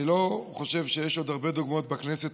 אני לא חושב שיש עוד הרבה דוגמאות בכנסת